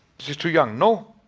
this is too young. no,